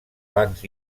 bancs